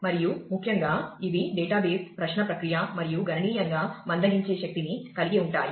మరియు ముఖ్యంగా ఇవి డేటాబేస్ ప్రశ్న ప్రక్రియ మరియు గణనీయంగా మందగించే శక్తిని కలిగి ఉంటాయి